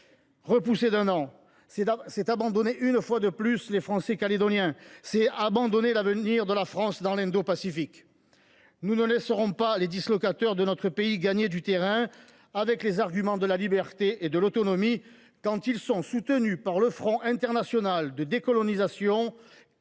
repousser d’un an, c’est abandonner une fois de plus les Français calédoniens. C’est abandonner l’avenir de la France dans l’Indo Pacifique. Nous ne laisserons pas les dislocateurs de notre pays gagner du terrain en brandissant les arguments de la liberté et de l’autonomie, quand ils sont soutenus par le Front international de libération des